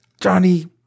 Johnny